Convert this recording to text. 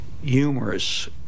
humorous